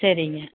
சரிங்க